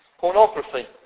Pornography